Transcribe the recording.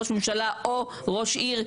ראש ממשלה או ראש עיר,